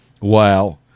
Wow